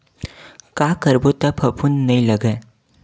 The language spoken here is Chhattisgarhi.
का करबो त फफूंद नहीं लगय?